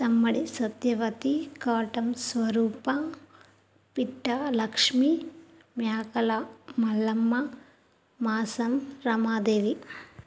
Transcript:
Tammadi Satyavathi Katam Swaroopa Pitta Lakshmi Mekala Mallamma Masam Ramadevi